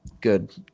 good